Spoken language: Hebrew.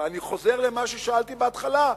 אבל אני חוזר למה ששאלתי בהתחלה: